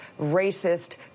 racist